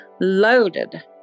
loaded